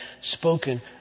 spoken